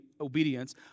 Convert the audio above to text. obedience